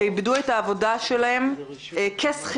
שאיבדו את העבודה שלהם כשכירים,